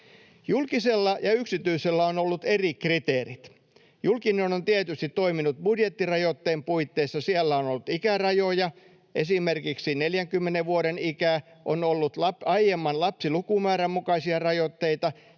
Julkisella ja yksityisellä on ollut eri kriteerit. Julkinen on tietysti toiminut budjettirajoitteen puitteissa. Siellä on ollut ikärajoja, esimerkiksi 40 vuoden ikä. On ollut aiemman lapsilukumäärän mukaisia rajoitteita